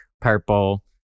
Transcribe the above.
purple